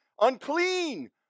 unclean